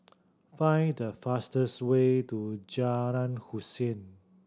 find the fastest way to Jalan Hussein